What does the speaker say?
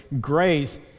grace